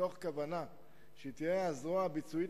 מתוך כוונה שהיא תהיה הזרוע הביצועית